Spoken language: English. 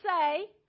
say